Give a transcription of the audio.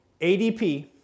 ADP